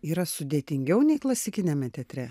yra sudėtingiau nei klasikiniame teatre